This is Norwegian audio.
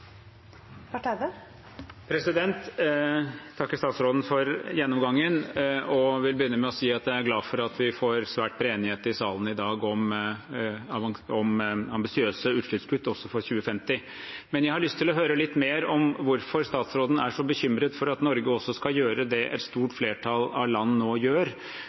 glad for at vi får svært bred enighet i salen i dag om ambisiøse utslippskutt også for 2050. Men jeg har lyst til å høre litt mer om hvorfor statsråden er så bekymret for at Norge også skal gjøre det et stort flertall av land nå gjør,